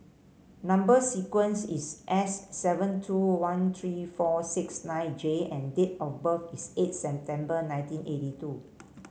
number sequence is S seven two one three four six nine J and date of birth is eight September nineteen eighty two